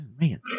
Man